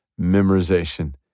memorization